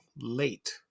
late